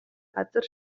газар